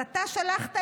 אתה שלחת